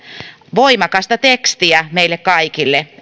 voimakasta tekstiä meille kaikille